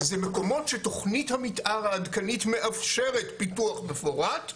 זה מקומות שתוכנית המתאר העדכנית מאפשרת פיתוח מפורט,